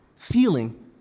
feeling